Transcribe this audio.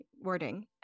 wording